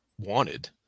wanted